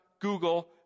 Google